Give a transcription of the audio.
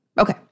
Okay